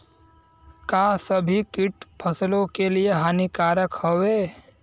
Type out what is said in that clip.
का सभी कीट फसलों के लिए हानिकारक हवें?